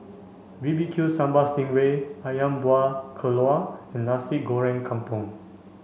B B Q Sambal Sting Ray Ayam Buah Keluak and Nasi Goreng Kampung